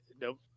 Nope